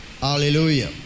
Hallelujah